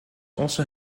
also